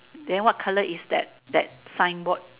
then what color is that that sign board